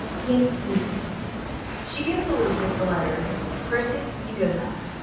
yes, miss she gives elizabeth the letter curtsies and goes out.